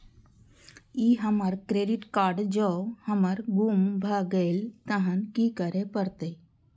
ई हमर credit card जौं हमर गुम भ गेल तहन की करे परतै?